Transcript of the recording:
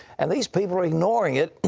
and these people are ignoring it.